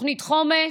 תוכנית חומש,